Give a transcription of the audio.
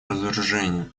разоружению